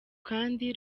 kandi